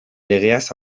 legeaz